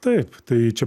taip tai čia